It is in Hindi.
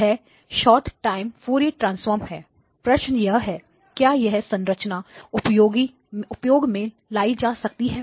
यह शोर्ट टाइम फॉरिएर ट्रांसफॉर्म है प्रश्न यह है क्या यह संरचना उपयोग में लाई जा सकती है